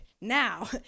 now